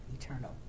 eternal